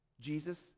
jesus